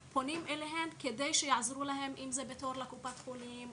אליהן כדי שיעזרו להם אם זה בתור לקופת חולים,